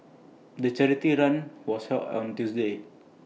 the charity run was held on Tuesday